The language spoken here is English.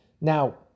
Now